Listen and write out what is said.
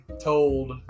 told